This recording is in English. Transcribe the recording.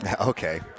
Okay